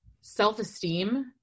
self-esteem